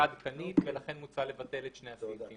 עדכנית ולכן מוצע לבטל את שני הסעיפים.